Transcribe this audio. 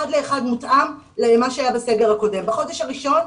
לאחד מותאם למה שהיה בסגר הקודם בחודש הראשון,